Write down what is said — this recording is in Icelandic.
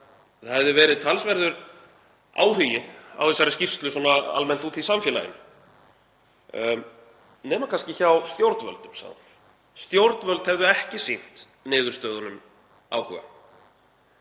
það hefði verið talsverður áhugi á þessari skýrslu almennt úti í samfélaginu nema kannski hjá stjórnvöldum, stjórnvöld hefðu ekki sýnt niðurstöðunum áhuga.